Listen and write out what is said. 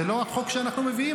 זה לא החוק שאנחנו מביאים.